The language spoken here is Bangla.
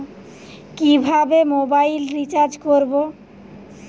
কিভাবে মোবাইল রিচার্জ করব?